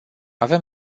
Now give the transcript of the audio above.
avem